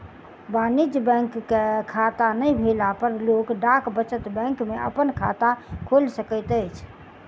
वाणिज्य बैंक के खाता नै भेला पर लोक डाक बचत बैंक में अपन खाता खोइल सकैत अछि